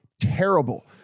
terrible